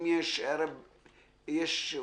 מה הוא